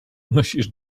nosisz